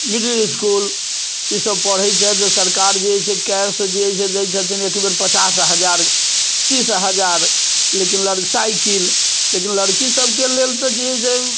middle school ई सब पढै छथि तऽ सरकार जे एहि से कैश जे अछि से दै छथिन एकेबेर पचास हजार तीस हजार लेकिन साइकिल लेकिन लड़की सबके लेल तऽ जे अछि से